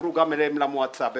יעברו גם אליהם למועצה אבל